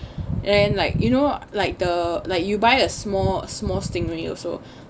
and like you know like the like you buy a small small stingray also